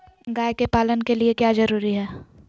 गाय के पालन के लिए क्या जरूरी है?